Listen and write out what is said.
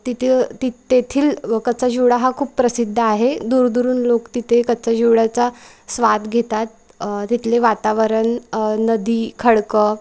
तेथील ति तेथील कच्चा चिवडा हा खूप प्रसिद्ध आहे दूरदूरून लोक तिथे कच्चा चिवड्याचा स्वाद घेतात तिथले वातावरण नदी खडकं